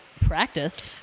practiced